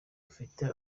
rufite